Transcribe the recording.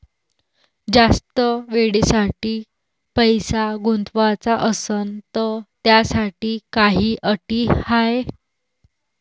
जास्त वेळेसाठी पैसा गुंतवाचा असनं त त्याच्यासाठी काही अटी हाय?